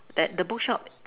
that the bookshop